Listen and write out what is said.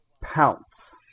pounce